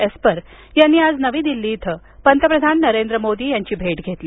Esper यांनी आज नवी दिल्ली इथ पतप्रधान नरेंद्र मोदी यांची भेट घेतली